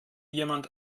jemand